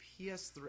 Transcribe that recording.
PS3